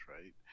right